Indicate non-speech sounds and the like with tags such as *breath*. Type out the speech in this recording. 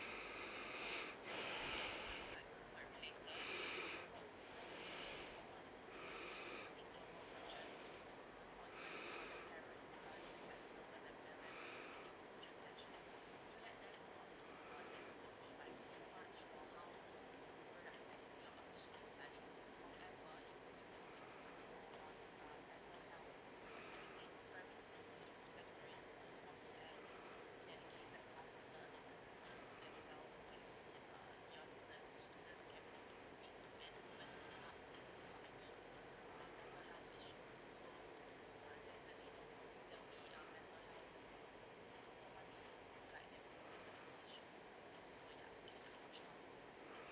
*breath* *breath* *breath*